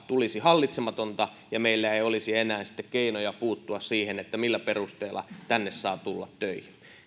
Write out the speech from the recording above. tulisi hallitsematonta ja meillä ei olisi enää sitten keinoja puuttua siihen millä perusteella tänne saa tulla töihin